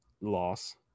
loss